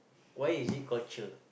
why is it called cher